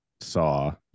saw